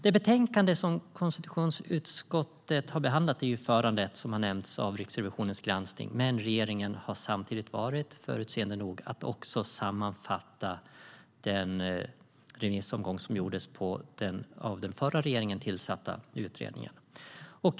Det betänkande som konstitutionsutskottet har behandlat är som nämnts föranlett av Riksrevisionens granskning. Men regeringen har samtidigt varit förutseende nog att också sammanfatta den remissomgång som gjordes på den av den förra regeringen tillsatta utredningen.